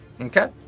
Okay